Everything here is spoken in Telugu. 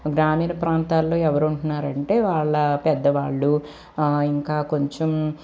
గ్రామీణ ప్రాంతాల్లో ఎవరు ఉంటున్నారు అంటే వాళ్ళ పెద్దవాళ్ళు ఇంకా కొంచెం